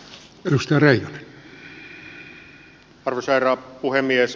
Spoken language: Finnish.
arvoisa herra puhemies